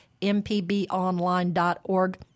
mpbonline.org